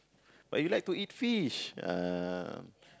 but you like to eat fish uh